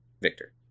Victor